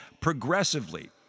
progressively